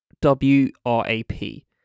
W-R-A-P